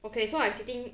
okay so I'm sitting